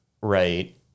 right